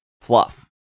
fluff